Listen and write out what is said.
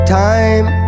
time